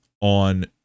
on